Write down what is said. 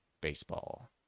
Baseball